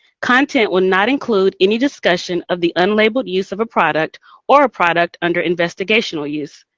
content will not include any discussion of the unlabeled use of a product or a product under investigational use.